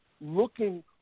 looking